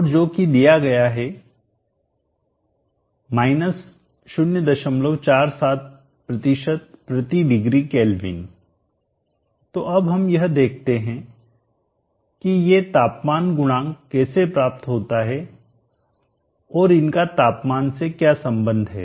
और जो कि दिया गया है 047 प्रति डिग्री केल्विन तो अब हम यह देखते हैं कि ये तापमान गुणांक कैसे प्राप्त होता है और इनका तापमान से क्या संबंध है